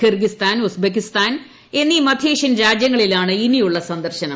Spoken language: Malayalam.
കിർഗിസ്ഥാൻ ഉസ്ബക്കിസ്ഥാൻ എന്നീ മധ്യേഷ്യൻ രാജ്യങ്ങളിലാണ് ഇനിയുള്ള സന്ദർശനം